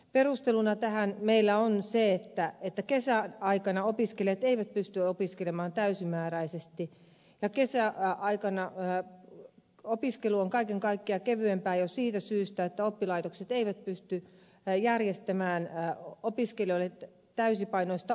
perusteluna tähän meillä on se että kesäaikana opiskelijat eivät pysty opiskelemaan täysimääräisesti ja kesäaikana opiskelu on kaiken kaikkiaan kevyempää jo siitä syystä että oppilaitokset eivät pysty järjestämään opiskelijoille täysipainoista opiskeluaikaa